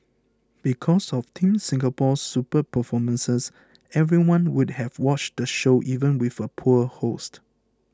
because of Team Singapore's superb performances everyone would have watched the show even with a poor host